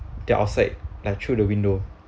the outside like through the window